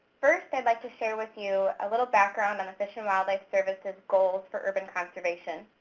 first i'd like to share with you a little background on the fish and wildlife service's goals for urban conservation.